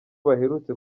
baherutse